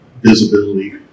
visibility